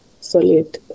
solid